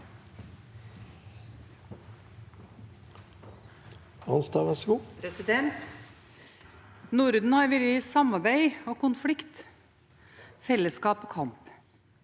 Norden har vært i samarbeid og konflikt, fellesskap og kamp